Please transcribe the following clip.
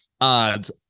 odds